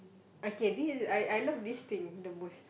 okay this is I I love this thing the most